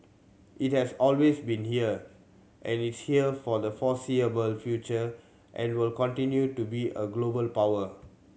it has always been here and it's here for the foreseeable future and will continue to be a global power